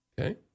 Okay